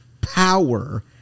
power